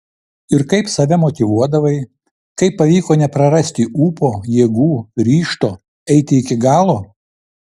ir kaip save motyvuodavai kaip pavyko neprarasti ūpo jėgų ryžto eiti iki galo